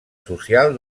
social